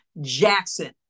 Jackson